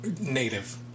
Native